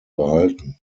behalten